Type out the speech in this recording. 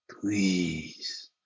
Please